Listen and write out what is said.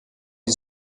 die